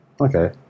Okay